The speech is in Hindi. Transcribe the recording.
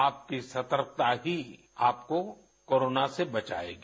आपकी सतर्कता ही आपको कोरोना से बचाएगी